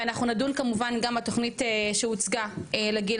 ואנחנו נדון כמובן גם בתוכנית שהוצגה לגיל